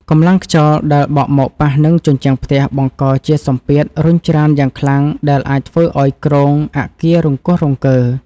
កម្លាំងខ្យល់ដែលបក់មកប៉ះនឹងជញ្ជាំងផ្ទះបង្កជាសម្ពាធរុញច្រានយ៉ាងខ្លាំងដែលអាចធ្វើឱ្យគ្រោងអគាររង្គោះរង្គើ។